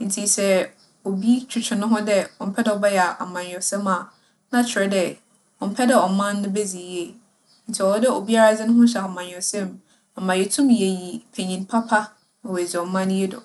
Ntsi sɛ obi twetwe noho dɛ ͻmmpɛ dɛ ͻbɛyɛ amanyɛsɛm a, na kyerɛ dɛ, ͻmmpɛ dɛ ͻman no bedzi yie. Ntsi ͻwͻ dɛ obiara dze noho hyɛ amanyɛsɛm mu ama yeetum yeeyi panyin papa ma oeedzi ͻman yi do.